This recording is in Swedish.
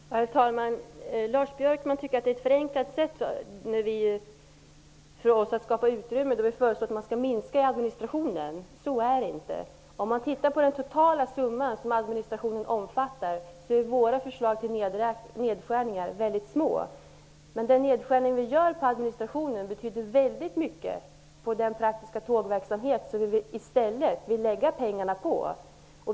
Herr talman! Lars Björkman tycker att vi förenklar då vi föreslår att man skall skapa utrymme genom att minska i administrationen. Så är det inte. Våra förslag till nedskärningar är mycket små, i jämförelse med den totala summa som administrationen omfattar. Den nedskärning av administrationen som vi föreslår betyder ändå väldigt mycket för den praktiska tågverksamhet som vi i stället vill satsa pengarna på.